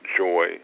joy